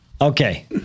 Okay